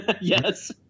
Yes